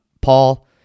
Paul